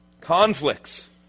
Conflicts